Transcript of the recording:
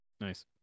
Nice